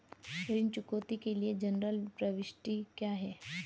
ऋण चुकौती के लिए जनरल प्रविष्टि क्या है?